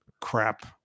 crap